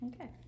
Okay